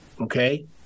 Okay